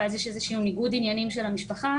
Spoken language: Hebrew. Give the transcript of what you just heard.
ואז יש איזשהו ניגוד עניינים של המשפחה